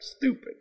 Stupid